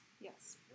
Yes